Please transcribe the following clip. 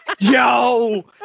Yo